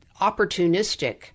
opportunistic